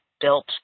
built